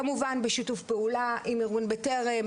כמובן בשיתוף פעולה עם ארגון בטרם,